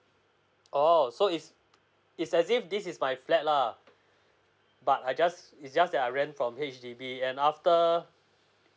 oo so it's it's as in this is my flat lah but I just it's just that I rent from H_D_B and after